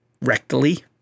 rectally